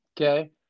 Okay